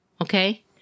Okay